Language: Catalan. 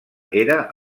era